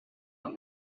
nog